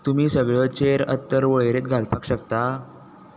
तुमी सगळ्यो चेर अत्तर वळेरेत घालपाक शकता